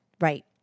Right